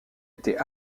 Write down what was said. était